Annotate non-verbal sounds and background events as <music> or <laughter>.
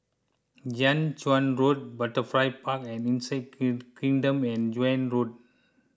Jiak Chuan Road Butterfly Park and Insect <unintelligible> Kingdom and Joan Road